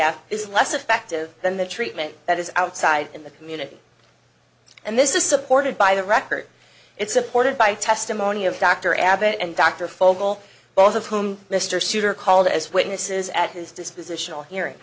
ad is less effective than the treatment that is outside in the community and this is supported by the record it's supported by testimony of dr abbott and dr fogle both of whom mr souter called as witnesses at his dispositional hearing